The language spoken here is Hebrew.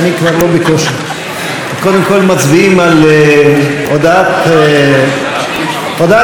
קודם כול מצביעים על הודעת ראש הממשלה על פעילות הממשלה